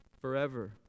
forever